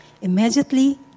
Immediately